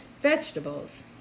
vegetables